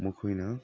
ꯃꯈꯣꯏꯅ